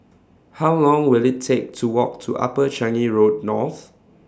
How Long Will IT Take to Walk to Upper Changi Road North